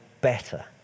better